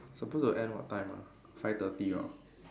supposed to end what time ah five thirty ah